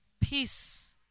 Peace